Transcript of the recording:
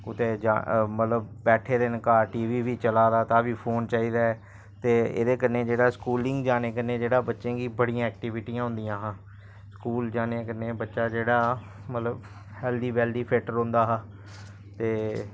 कुदै जा मतलब बैठे दे न घर टी वी वी चला दा तां बी फोन चाहिदा ऐ ते एह्दे कन्नै जेह्ड़ा स्कूलिंग जाने कन्नै जेह्ड़ा बच्चें गी बड़ियां ऐक्टीविटियां होंदियां हां स्कूल जाने कन्नै बच्चा जेह्ड़ा मतलब हैल्थी वैल्थी फिट्ट रौंह्दा हा ते